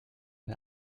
bei